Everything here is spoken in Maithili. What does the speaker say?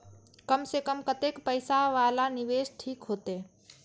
कम से कम कतेक पैसा वाला निवेश ठीक होते?